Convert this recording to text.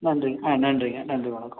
நன்றி ஆ நன்றிங்க நன்றி வணக்கம்